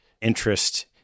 interest